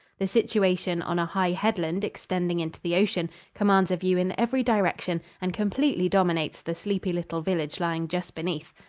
the situation, on a high headland extending into the ocean, commands a view in every direction and completely dominates the sleepy little village lying just beneath.